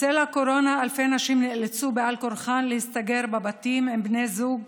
בצל הקורונה אלפי נשים נאלצו בעל כורחן להסתגר בבתים עם בני זוג